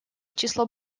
число